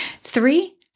Three